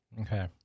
Okay